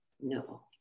No